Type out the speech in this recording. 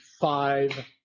five